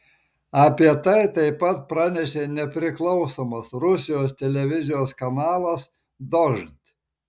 apie tai taip pat pranešė nepriklausomas rusijos televizijos kanalas dožd